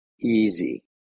easy